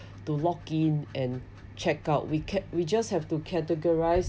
to log in and check out we kept we just have to categorize